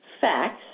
facts